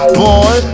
boy